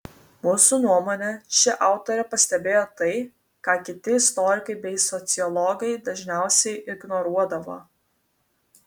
mūsų nuomone ši autorė pastebėjo tai ką kiti istorikai bei sociologai dažniausiai ignoruodavo